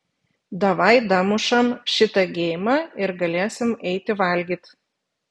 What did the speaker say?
davai damušam šitą geimą ir galėsim eiti valgyt